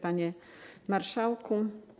Panie Marszałku!